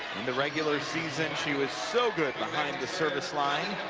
in the regular season, she was so good behind the service line.